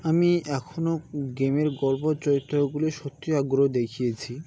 আমি এখনো গেমের গল্প চরিত্রগুলি সত্যি আগ্রহ দেখিয়েছি